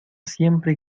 siempre